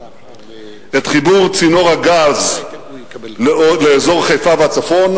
את חיבור צינור הגז לאזור חיפה והצפון,